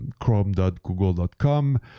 chrome.google.com